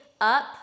Up